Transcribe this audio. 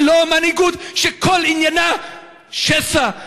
ולא מנהיגות שכל עניינה שסע,